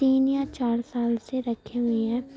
تین یا چار سال سے رکھی ہوئی ہیں